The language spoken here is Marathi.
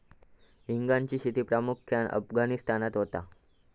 हिंगाची शेती प्रामुख्यान अफगाणिस्तानात होता